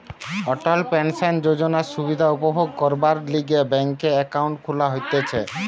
অটল pension যোজনার সুবিধা উপভোগ করবার লিগে ব্যাংকে একাউন্ট খুলা হতিছে